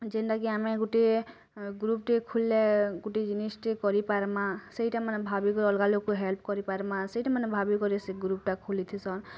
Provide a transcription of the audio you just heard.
ଯେନ୍ତା କି ଆମେ ଗୋଟିଏ ଗ୍ରୁପ୍ଟିଏ ଖୋଲିଲେ ଗୋଟେ ଜିଜିଷ୍ ଟେ କରିପାର୍ମା ସେଇଟା ମାନେ ଭାବିକି ଅଲଗା ଲୋକ ହେଲ୍ପ କରି ପାର୍ମା ସେଇଟା ମାନଭାବିକରି ସେ ଗ୍ରୁପ୍ଟା ଖୋଲିଥିସନ୍